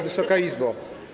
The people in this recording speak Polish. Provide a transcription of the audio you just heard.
Wysoka Izbo!